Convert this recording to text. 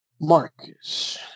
Marcus